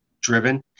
driven